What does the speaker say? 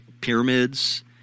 pyramids